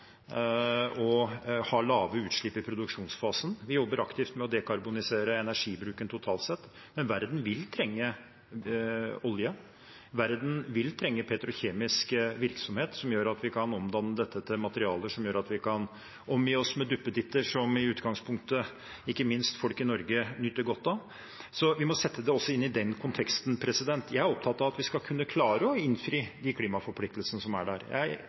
og vil ha lave utslipp i produksjonsfasen. Vi jobber aktivt med å dekarbonisere energibruken totalt sett, men verden vil trenge olje og petrokjemisk virksomhet som gjør at vi kan omdanne dette til materialer, og som gjør at vi kan omgi oss med duppeditter som ikke minst folk i Norge nyter godt av. En må sette det inn i den konteksten også. Jeg er opptatt av å klare å innfri de klimaforpliktelsene som er. Jeg